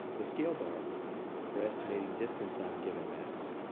the scale bar for estimating distance on given maps.